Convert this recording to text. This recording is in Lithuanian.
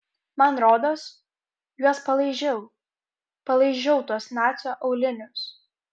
man rodos juos palaižiau palaižiau tuos nacio aulinius